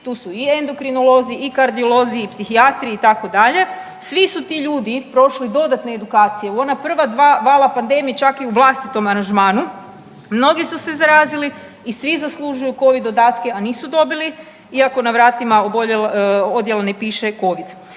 tu su i endokrinolozi i kardiolozi i psihijatri itd. svi su ti ljudi prošli dodatne edukcije u ona prva dva vala pandemije čak i u vlastitom aranžmanu mnogi su se zarazili i svi zaslužuju covid dodatke, a nisu dobili iako na vratima odjela ne piše covid.